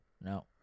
No